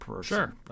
Sure